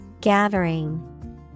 gathering